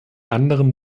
anderen